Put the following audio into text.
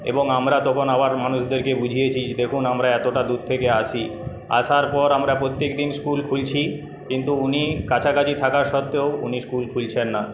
এবং আমরা তখন আবার মানুষদেরকে বুঝিয়েছি যে দেখুন আমরা এতটা দূর থেকে আসি আসার পর আমরা প্রত্যেকদিন স্কুল খুলছি কিন্তু উনি কাছাকাছি থাকা সত্ত্বেও উনি স্কুল খুলছেন না